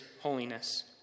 holiness